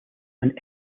and